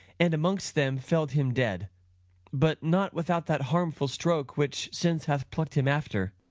and amongst them fell'd him dead but not without that harmful stroke which since hath pluck'd him after.